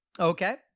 Okay